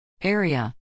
Area